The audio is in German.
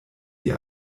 die